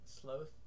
Sloth